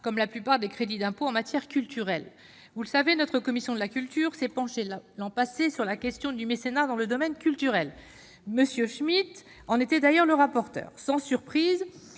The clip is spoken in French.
comme la plupart des crédits d'impôt en matière culturelle. Notre commission de la culture s'est penchée, l'an passé, sur la question du mécénat dans le domaine culturel- M. Schmitz était d'ailleurs le rapporteur de ce